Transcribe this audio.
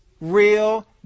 real